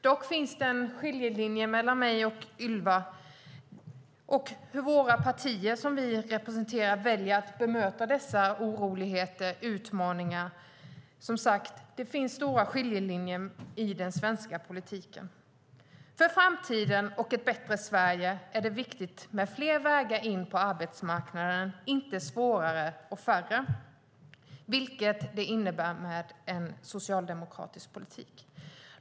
Dock finns det en skiljelinje mellan mig och Ylva och mellan hur de respektive partier vi representerar väljer att bemöta dessa oroligheter och utmaningar. Som sagt: Det finns stora skiljelinjer i den svenska politiken. För framtiden och ett bättre Sverige är det viktigt med fler vägar in på arbetsmarknaden - de ska inte vara svårare och färre, vilket en socialdemokratisk politik innebär.